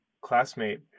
classmate